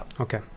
Okay